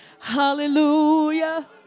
Hallelujah